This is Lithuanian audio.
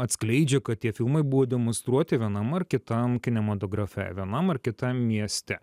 atskleidžia kad tie filmai buvo demonstruoti vienam ar kitam kinematografe vienam ar kitam mieste